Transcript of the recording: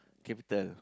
capital